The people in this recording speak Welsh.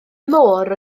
môr